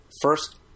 first